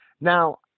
Now